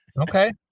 Okay